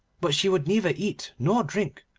but she would neither eat nor drink,